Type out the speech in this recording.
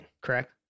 correct